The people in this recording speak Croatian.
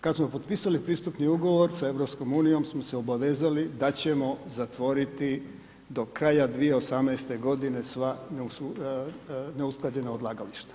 Kada smo potpisali pristupni ugovor sa EU smo se obavezali da ćemo zatvoriti do kraja 2018. godine sva neusklađena odlagališta.